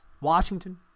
Washington